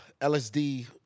LSD